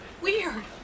weird